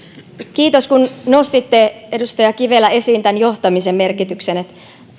kiitos kun nostitte edustaja kivelä esiin johtamisen merkityksen